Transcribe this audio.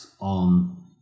on